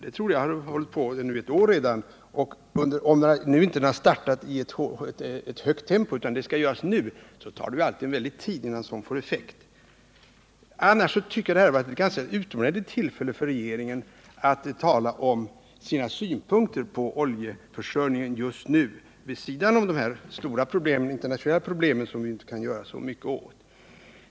Det är något som jag trodde hade pågått sedan mer än ett år, men om den propagandan ännu inte har startats i högt tempo utan det är detta som skall göras nu, då måste man räkna med att det alltid tar en mycket lång tid Nr 94 innan sådant får effekt. Fredagen den De frågor som nu ställts borde ha utnyttjats som ett utomordentligt tillfälle 2 mars 1979 för regeringen att redovisa sina synpunkter på oljeförsörjningen just nu-jag = tänker då på problemen vid sidan av de stora internationella problemen, som Om oljeförsörjningvi ju inte kan göra så mycket åt.